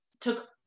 took